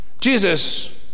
Jesus